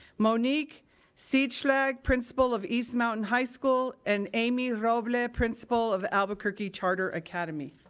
monique siedschlag, principal of east mountain high school and amy roble, ah principal of albuquerque charter academy.